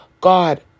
God